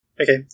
Okay